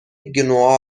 گنوا